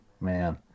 man